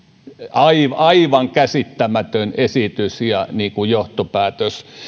aivan aivan käsittämätön esitys ja johtopäätös